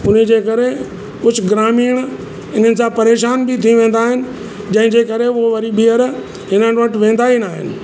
उनजे करे कुझु ग्रामीण इन्हनि सां परेशानु बि थी वेंदा आहिनि जंहिंजे करे उहो वरी ॿिहर हिननि वटि वेंदा ई न आहिनि